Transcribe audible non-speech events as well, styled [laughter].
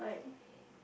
like [breath]